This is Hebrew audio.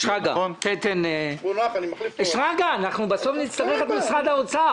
שרגא, בסוף נצטרך את משרד האוצר.